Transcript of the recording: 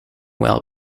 well